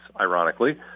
ironically